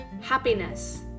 happiness